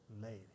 lady